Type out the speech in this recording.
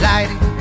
Lighting